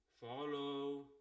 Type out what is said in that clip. follow